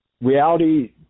reality